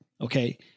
Okay